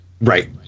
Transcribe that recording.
Right